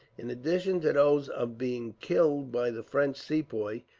in addition to those of being killed by the french sepoys,